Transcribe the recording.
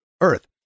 Earth